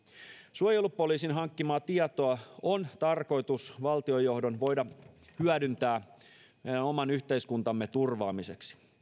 suojelupoliisin hankkimaa tietoa on tarkoitus valtion johdon voida hyödyntää meidän oman yhteiskuntamme turvaamiseksi